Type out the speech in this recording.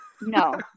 No